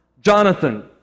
Jonathan